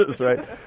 right